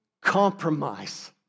compromise